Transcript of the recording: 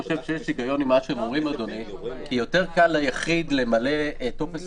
יש היגיון במה שהם אומרים כי יותר קל ליחיד למלא טופס